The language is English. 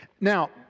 Now